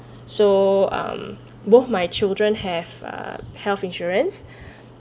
so um both my children have uh health insurance